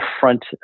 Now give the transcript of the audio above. front